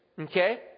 Okay